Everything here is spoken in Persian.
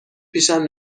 پیشم